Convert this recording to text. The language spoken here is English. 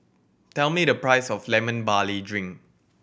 tell me the price of Lemon Barley Drink